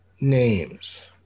names